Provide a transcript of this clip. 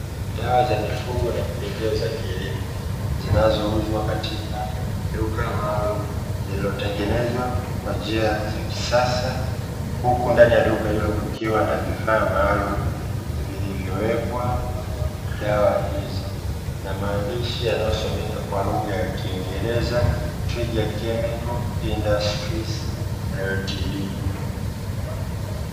Dawa za mifugo na pembejeo za kilimo zinazouzwa katika duka maalumu lililotengenezwa kwa njia ya kisasa, huku ndani ya duka hilo kukiwa na vifaa maalumu vilivyowekwa dawa hizo na maandishi yanayosomeka kwa lugha ya kiingereza "TWIGA CHEMICAL INDUSTRIES LTD".